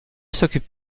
s’occupe